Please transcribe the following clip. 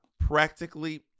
practically